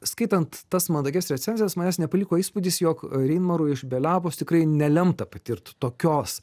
skaitant tas mandagias recenzijas manęs nepaliko įspūdis jog reinmarui iš beliavos tikrai nelemta patirt tokios